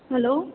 hello